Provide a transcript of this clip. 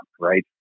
right